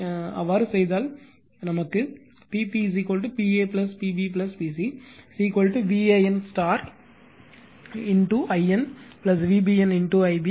எனவே அவ்வாறு செய்தால் p p a p b p c VAN Ia VBN Ib VCN i c